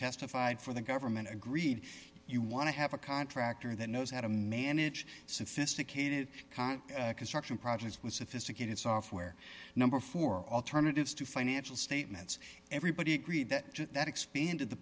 testified for the government agreed you want to have a contractor that knows how to manage sophisticated construction projects with sophisticated software number for alternatives to financial statements everybody agreed that that expanded the